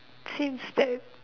same steps